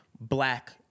black